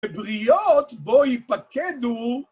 בבריות בו היפקדו